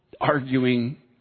arguing